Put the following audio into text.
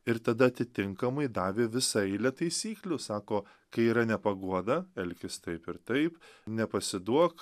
ir tada atitinkamai davė visą eilę taisyklių sako kai yra nepaguoda elkis taip ir taip nepasiduok